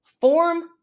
form